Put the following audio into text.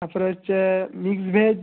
তারপরে mix veg